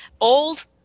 old